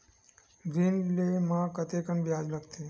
ऋण ले म कतेकन ब्याज लगथे?